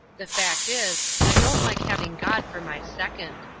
the fact is, i don't like having god for my second.